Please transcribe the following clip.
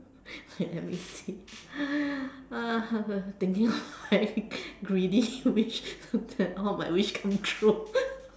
wait let me see uh thinking of very greedy wish then all my wish come true